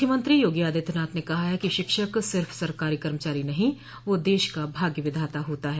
मुख्यमंत्री योगी आदित्यनाथ ने कहा है कि शिक्षक सिर्फ सरकारी कर्मचारी नहीं वह देश का भाग्य विधाता होता है